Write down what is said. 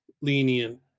lenient